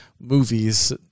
movies